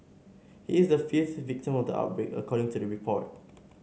he is the fifth victim of the outbreak according to the report